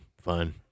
fine